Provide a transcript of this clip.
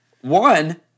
One